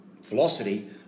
velocity